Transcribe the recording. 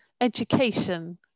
education